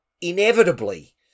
inevitably